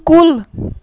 کُل